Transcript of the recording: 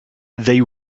they